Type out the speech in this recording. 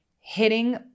hitting